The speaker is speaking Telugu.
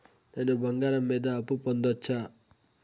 నేను బంగారం మీద అప్పు పొందొచ్చా?